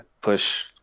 push